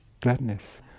gladness